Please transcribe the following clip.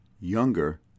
younger